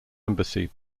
embassy